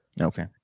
Okay